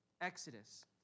Exodus